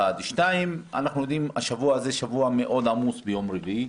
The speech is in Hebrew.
אנחנו יודעים שהשבוע הזה מאוד עמוס ביום רביעי,